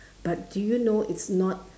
but do you know it's not